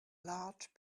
large